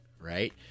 right